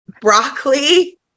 broccoli